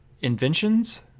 inventions